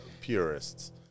purists